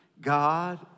God